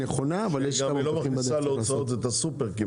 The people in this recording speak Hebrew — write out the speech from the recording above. לא מכניסה להוצאות את הסופר.